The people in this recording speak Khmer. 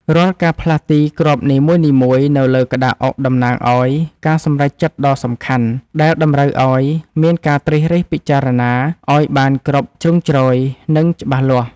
រាល់ការផ្លាស់ទីគ្រាប់នីមួយៗនៅលើក្តារអុកតំណាងឱ្យការសម្រេចចិត្តដ៏សំខាន់ដែលតម្រូវឱ្យមានការត្រិះរិះពិចារណាឱ្យបានគ្រប់ជ្រុងជ្រោយនិងច្បាស់លាស់។